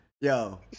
Yo